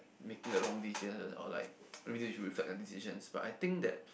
making the decisions or like maybe they should reflect their decisions but I think that